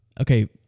Okay